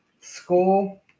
school